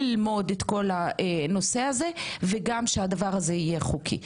ללמוד את הנושא ושהדבר יהיה חוקי.